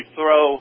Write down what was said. throw